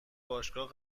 باشگاه